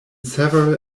several